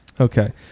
Okay